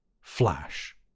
Flash